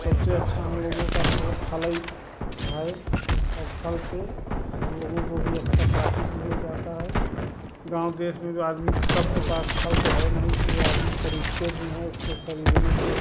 सबसे अच्छा हम लोगों का मतलब फलई है औ फल से हम लोगों को भी अच्छा प्राकृत भी हो जाता है गाँव देश में भी आदमी की सबके पास फल तो है नहीं इसलिए आदमी खरीदते भी हैं उसको खरीदने के